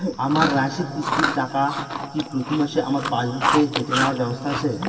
আমার মাসিক কিস্তির টাকা কি প্রতিমাসে আমার পাসবুক থেকে কেটে নেবার ব্যবস্থা আছে?